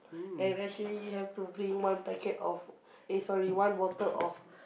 and actually you have to drink one packet of eh sorry one bottle of